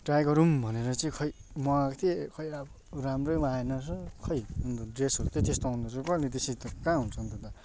try गरौँ भनेर चाहिँ खोइ मगाएको थिएँ खोइ अब राम्रै आएन रहेछ खोइ ड्रेसहरू त त्यस्तो आउँदोरहेछस कहिले त्यसरी त कहाँ हुन्छ त दा